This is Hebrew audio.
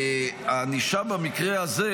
שהענישה במקרה הזה,